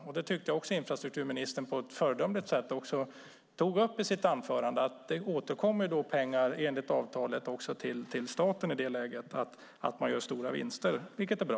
I sitt anförande tog infrastrukturministern på ett föredömligt sätt upp att det enligt avtalet återgår pengar till staten i ett läge då man gör stora vinster, och det är bra.